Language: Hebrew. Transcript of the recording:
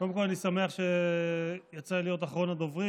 קודם כול אני שמח שיצא לי להיות אחרון הדוברים,